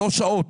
שלוש שעות.